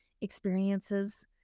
experiences